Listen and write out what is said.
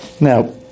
Now